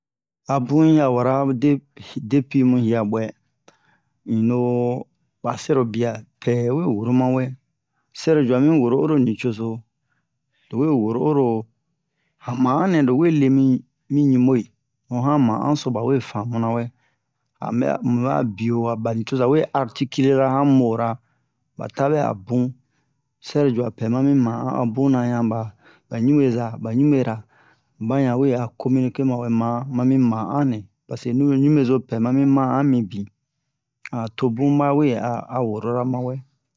abu uya wara de depimu yiabɛ ino ba sɛrobia pɛwe woro mawɛ sɛrojua mi woro oro nicozo lowe woro oro han ma'an nɛ lowe lemi mi ɲube ho han ma'an so bawe famu nawɛ anbɛ'a mubɛ'a bio ba nucoza we articuler ra han mots ra bata bɛ'a bun sɛrojua pɛ mami ma'an abuna yan ba ɲubeza ɲubera bayan we'a communiquer mawɛ ma mami ma'an nɛ paseke ɲube ɲubezo pɛ mami ma'an mi bin tomu bawe a worora mawɛ